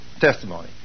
testimony